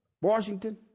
Washington